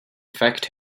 affect